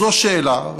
זו שאלה,